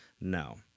No